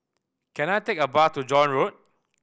can I take a bus to John Road